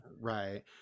Right